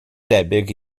debyg